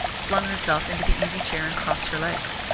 flung herself into the easy-chair and crossed her legs.